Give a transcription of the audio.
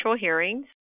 hearings